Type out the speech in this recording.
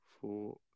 four